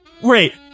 Wait